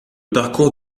parcours